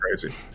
crazy